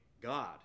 God